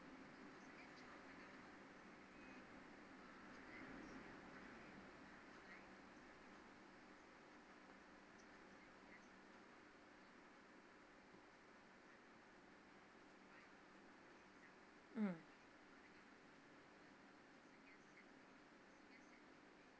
mm